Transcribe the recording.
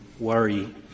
Worry